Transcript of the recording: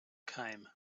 came